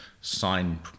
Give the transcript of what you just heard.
sign